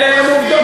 אלה הן עובדות.